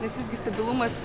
nes visgi stabilumas